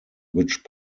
which